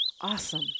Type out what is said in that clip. Awesome